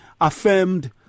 affirmed